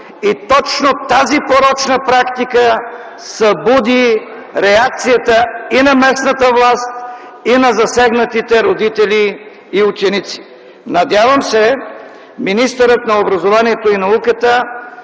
и точно тази порочна практика събуди реакцията и на местната власт, и на засегнатите родители и ученици. Надявам се министърът на образованието, младежта